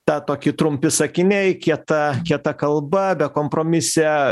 tą tokį trumpi sakiniai kieta kieta kalba bekompromisė